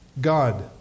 God